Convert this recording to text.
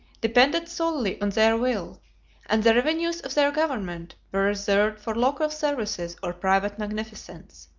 depended solely on their will and the revenues of their government were reserved for local services or private magnificence.